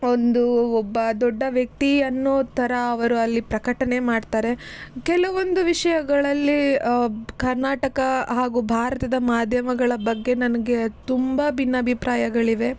ಒಂದು ಒಬ್ಬ ದೊಡ್ಡ ವ್ಯಕ್ತಿ ಅನ್ನೋ ಥರ ಅವರು ಅಲ್ಲಿ ಪ್ರಕಟಣೆ ಮಾಡ್ತಾರೆ ಕೆಲವೊಂದು ವಿಷಯಗಳಲ್ಲಿ ಕರ್ನಾಟಕ ಹಾಗೂ ಭಾರತದ ಮಾಧ್ಯಮಗಳ ಬಗ್ಗೆ ನನಗೆ ತುಂಬ ಭಿನ್ನಾಭಿಪ್ರಾಯಗಳಿವೆ